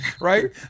Right